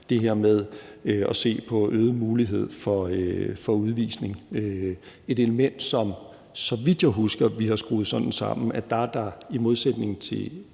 det her med at se på øget mulighed for udvisning – et element, som, så vidt jeg husker, er skruet sådan sammen, at der i modsætning til